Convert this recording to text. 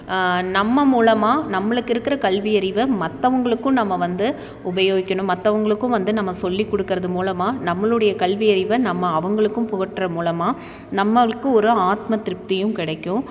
நம்ம மூலமாக நம்மளுக்கு இருக்கிற கல்வி அறிவை மற்றவங்களுக்கும் நம்ம வந்து உபயோகிக்கணும் மற்றவங்களுக்கும் வந்து நம்ம சொல்லிக் கொடுக்கிறது மூலமாக நம்மளுடைய கல்வியறிவை நம்ம அவர்களுக்கும் புகட்டுற மூலமாக நம்மளுக்கு ஒரு ஆத்ம திருப்தியும் கிடைக்கும்